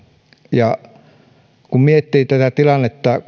ja kun miettii tätä muuttohanhien tilannetta